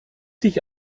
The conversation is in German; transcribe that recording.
sich